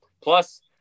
Plus